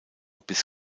bis